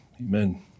amen